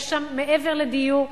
מעבר לדיור,